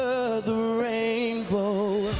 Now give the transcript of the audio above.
rainbow.